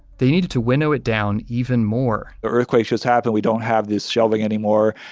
they needed to winnow it down even more the earthquake's just happened, we don't have this shelving anymore.